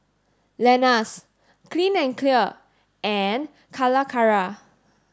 Lenas Clean and Clear and Calacara